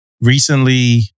recently